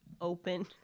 open